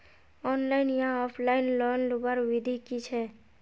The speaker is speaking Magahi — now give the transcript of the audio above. ऑनलाइन या ऑफलाइन लोन लुबार विधि की छे?